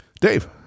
Dave